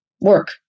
work